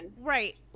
right